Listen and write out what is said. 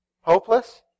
Hopeless